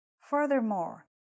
Furthermore